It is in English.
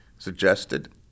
suggested